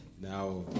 Now